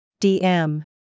DM